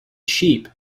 sheep